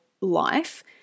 life